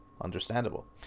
understandable